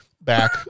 back